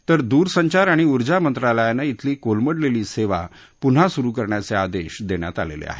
तर दूरसंचार आणि उर्जा मंत्रालयांना धिली कोलमडलेली सेवा पुन्हा सुरु करण्याचे आदेश देण्यात आलेले आहेत